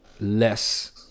less